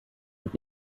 und